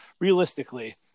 Realistically